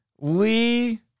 Lee